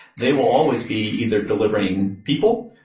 they will always be either delivering people,